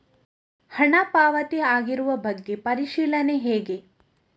ಹಣ ಪಾವತಿ ಆಗಿರುವ ಬಗ್ಗೆ ಪರಿಶೀಲನೆ ಹೇಗೆ?